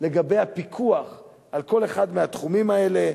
לגבי הפיקוח על כל אחד מהתחומים האלה.